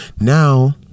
now